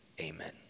Amen